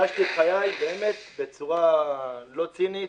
והקדשתי את חיי באמת בצורה לא צינית